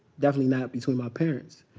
definitely not between my parents.